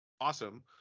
awesome